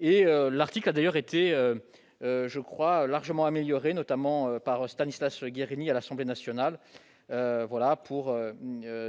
l'article a d'ailleurs été je crois largement améliorée, notamment par Stanislas Guérini à l'Assemblée nationale, voilà pour